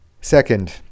Second